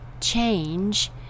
change